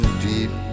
deep